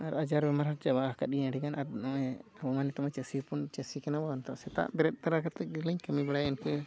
ᱟᱨ ᱟᱡᱟᱨ ᱵᱤᱢᱟᱨ ᱦᱚᱸ ᱪᱟᱵᱟ ᱟᱠᱟᱫ ᱜᱤᱭᱟᱹᱧ ᱟᱹᱰᱤ ᱜᱟᱱ ᱟᱨ ᱱᱚᱜᱼᱚᱸᱭ ᱪᱟᱹᱥᱤ ᱦᱚᱯᱚᱱ ᱪᱟᱹᱥᱤ ᱠᱟᱱᱟ ᱵᱚᱱ ᱛᱚ ᱥᱮᱛᱟᱜ ᱵᱮᱨᱮᱫ ᱛᱚᱨᱟ ᱠᱟᱛᱮᱫ ᱜᱮᱞᱤᱧ ᱠᱟᱹᱢᱤ ᱵᱟᱲᱟᱭᱟ ᱤᱱᱠᱟᱹ